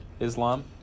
Islam